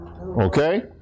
okay